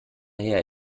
her